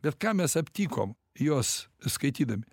bet ką mes aptikom juos skaitydami